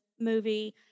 movie